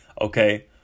Okay